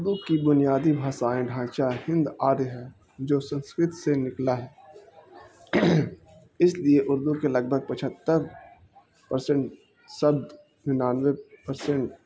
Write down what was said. اردو کی بنیادی باسائیں ڈھانچہ ہند آرے ہے جو سنسکرت سے نکلا ہے اس لیے اردو کے لگ بھگ پچہتر پرسنٹ سبد ننانوے پرسینٹ